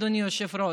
אדוני היושב-ראש.